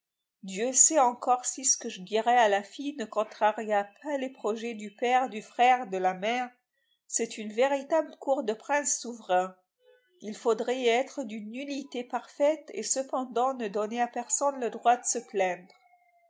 dieu sait encore si ce que je dirai à la fille ne contrariera pas les projets du père du frère de la mère c'est une véritable cour de prince souverain il faudrait y être d'une nullité parfaite et cependant ne donner à personne le droit de se plaindre